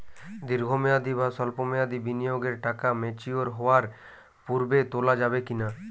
দীর্ঘ মেয়াদি বা সল্প মেয়াদি বিনিয়োগের টাকা ম্যাচিওর হওয়ার পূর্বে তোলা যাবে কি না?